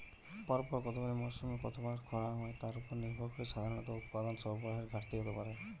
পরপর কতগুলি মরসুমে কতবার খরা হয় তার উপর নির্ভর করে সাধারণত উৎপাদন সরবরাহের ঘাটতি হতে পারে